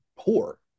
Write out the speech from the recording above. Poor